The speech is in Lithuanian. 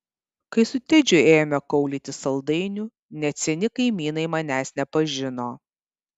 kai su tedžiu ėjome kaulyti saldainių net seni kaimynai manęs nepažino